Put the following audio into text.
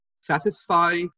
satisfy